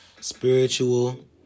spiritual